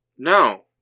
No